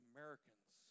Americans